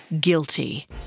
guilty